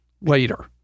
later